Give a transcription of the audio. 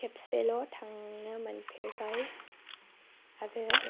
खेबसेल' थांनो मोनफेरबाय आरो